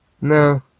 No